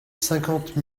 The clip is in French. cinquante